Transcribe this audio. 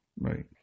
Right